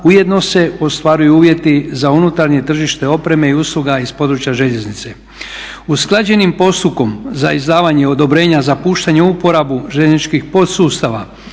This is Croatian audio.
ujedno se ostvaruju uvjeti za unutarnje tržište opreme i usluga iz područja željeznice. Usklađenim postupkom za izdavanje odobrenja za puštanje u uporabu željezničkih podsustava,